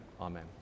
Amen